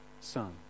son